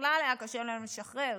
בכלל היה קשה להם לשחרר.